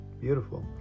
Beautiful